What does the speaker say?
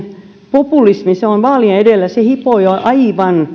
populismi vaalien edellä hipoo jo aivan